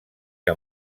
que